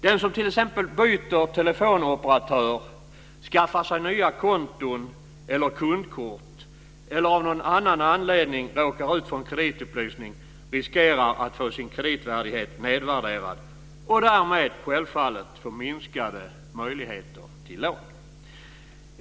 Den som t.ex. byter telefonoperatör, skaffar sig nya konton eller kundkort eller av någon annan anledning råkar ut för en kreditupplysning riskerar att få sin kreditvärdighet nedvärderad och därmed självfallet få minskade möjligheter till lån.